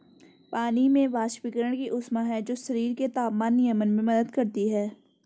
पानी में वाष्पीकरण की ऊष्मा है जो शरीर के तापमान नियमन में मदद करती है